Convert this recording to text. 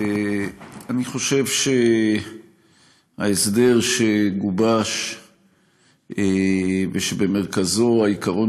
אני חושב שההסדר שגובש ושבמרכזו העיקרון